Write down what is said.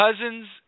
Cousins